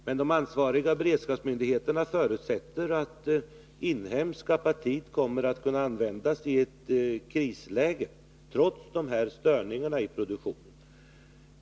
Men de ansvariga beredskapsmyndigheterna förutsätter att inhemsk apatit kommer att kunna användasi ett krisläge trots störningarna i produktionen.